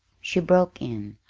she broke in,